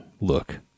look